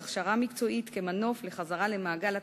הכשרה מקצועית כמנוף לחזרה למעגל התעסוקה.